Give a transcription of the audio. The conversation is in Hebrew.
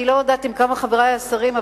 אני לא יודעת עד כמה חברי השרים,